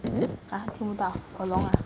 !huh! 听不到耳聋 ah